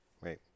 Right